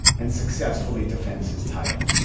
and successfully defends his title